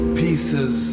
pieces